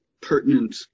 pertinent